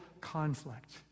conflict